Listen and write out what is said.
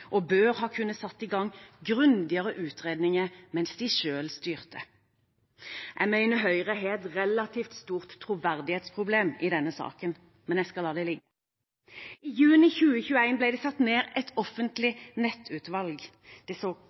og burde ha kunnet sette i gang grundigere utredninger mens de selv styrte. Jeg mener Høyre har et relativt stort troverdighetsproblem i denne saken, men jeg skal la det ligge. I juni 2021 ble det satt ned et offentlig nettutvalg.